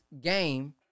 GAME